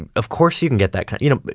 and of course you can get that. you know,